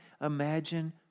imagine